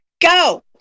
go